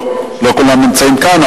לא כולם נמצאים כאן,